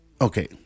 okay